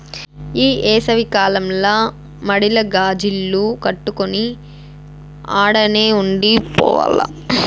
ఈ ఏసవి కాలంల మడిల గాజిల్లు కట్టుకొని ఆడనే ఉండి పోవాల్ల